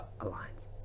alliance